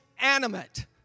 animate